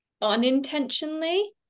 unintentionally